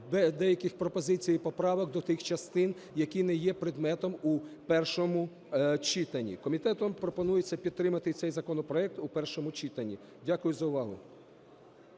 деяких пропозицій і поправок до тих частин, які не є предметом у першому читанні. Комітетом пропонується підтримати цей законопроект у першому читанні. Дякую за увагу.